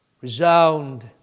resound